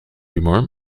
humor